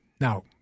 Now